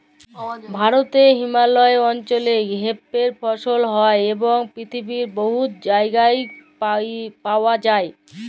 ভারতে হিমালয় অল্চলে হেম্পের ফসল হ্যয় এবং পিথিবীর বহুত জায়গায় পাউয়া যায়